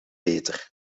beter